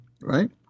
right